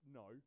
no